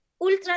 Ultra